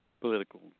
political